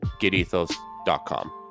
getethos.com